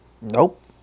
Nope